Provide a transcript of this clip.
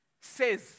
says